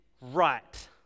right